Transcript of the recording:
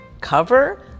cover